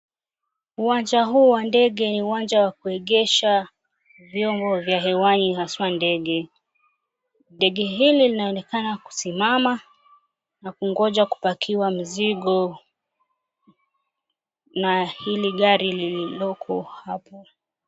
Uwanja huu wa ndege ni uwanja wa kuegesha vyombo vya hewani haswa ndege. Ndege hili linaonekana kusimama na kungonja kupakiwa mizigo na hili gari liliko hapo.